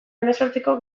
hemezortziko